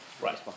Right